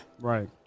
Right